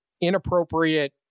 inappropriate